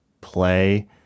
play